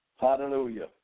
Hallelujah